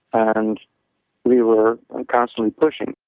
and we were and constantly pushing.